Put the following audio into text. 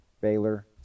Baylor